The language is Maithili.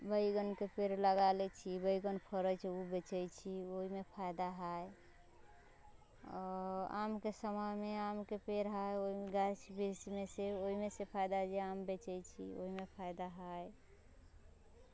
बैगनके पेड़ लगा लै छी बैगन फड़ै छै उ बेचै छी ओहिमे फायदा है आओर आमके समयमे आमके पेड़ है ओहिमे गाछ वृक्षमे से ओहिमे सँ फायदा है जे आम बेचै छी ओहिमे फायदा है